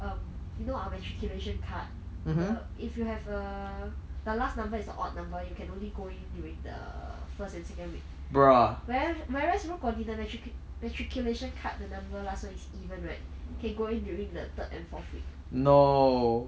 um you know our matriculation card the if you have a the last number is a odd number you can only going in during the first and second week wherev~ whereas 如果你的 matricu~ matriculation card 的 number last one is even right can going in during the third and fourth week